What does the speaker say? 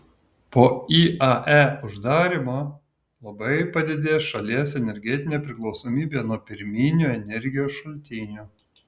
po iae uždarymo labai padidės šalies energetinė priklausomybė nuo pirminių energijos šaltinių